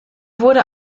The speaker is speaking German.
wurde